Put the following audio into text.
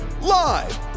Live